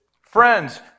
friends